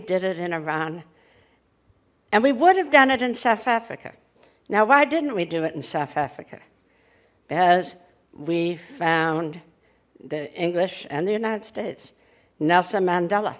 did it in iran and we would have done it in south africa now why didn't we do it in south africa bears we found the english and the united states nelson mandela